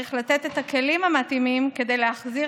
וצריך לתת את הכלים המתאימים כדי להחזיר